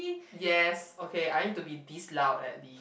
yes okay I need to be this loud at least